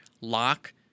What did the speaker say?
lock